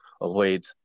avoid